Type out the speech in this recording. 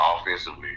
offensively